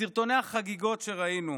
עם סרטוני החגיגות שראינו,